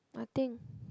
nothing